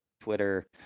twitter